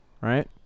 right